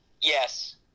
Yes